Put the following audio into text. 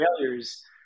failures